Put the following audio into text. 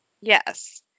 Yes